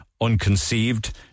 unconceived